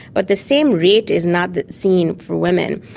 but the same rate is not seen for women.